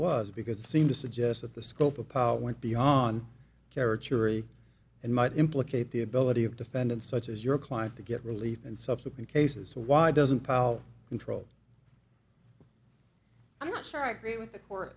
was because it seemed to suggest that the scope of power went beyond carrot yury and might implicate the ability of defendants such as your client to get relief and subsequent cases so why doesn't pal control i'm not sure i agree with the court